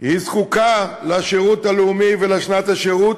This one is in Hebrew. זקוקה לשירות הלאומי ולשנת השירות